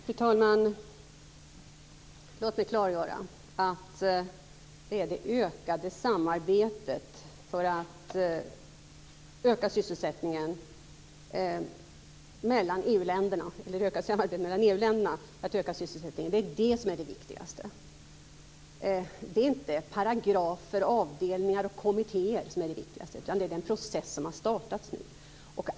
Fru talman! Låt mig klargöra: Det viktigaste är att öka samarbetet mellan EU-länderna för att öka sysselsättningen. Det är inte paragrafer, avdelningar och kommittéer som är det viktigaste, utan det är den process som nu har startat.